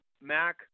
Mac